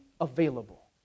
available